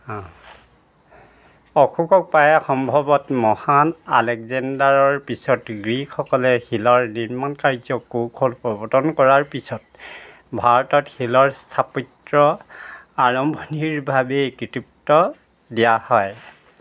অশোকক প্ৰায়ে সম্ভৱতঃ মহান আলেকজেণ্ডাৰৰ পিছত গ্ৰীকসকলে শিলৰ নিৰ্মাণকাৰ্যৰ কৌশল প্ৰৱৰ্তন কৰাৰ পিছত ভাৰতত শিলৰ স্থাপত্যৰ আৰম্ভণিৰ বাবেই কৃতিত্ব দিয়া হয়